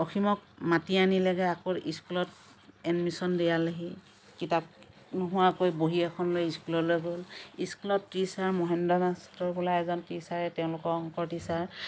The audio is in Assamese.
অসীমক মাতি আনিলেগে আকৌ স্কুলত এডমিছন দিয়ালেহি কিতাপ নোহোৱাকৈ বহী এখন লৈ স্কুললৈ গ'ল স্কুলত টিচাৰ মহেন্দ্ৰ মাষ্টৰ বোলা এজন টিচাৰে তেওঁলোকৰ অংক টিচাৰ